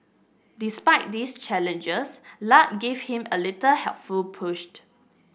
despite this challenges luck gave him a little helpful pushed